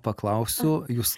paklausiu jūs